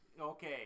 Okay